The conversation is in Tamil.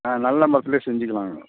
ஆ நல்ல மரத்துலேயே செஞ்சுக்கலாங்க